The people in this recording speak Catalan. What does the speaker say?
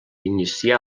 inicià